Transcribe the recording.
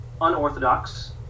unorthodox